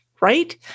right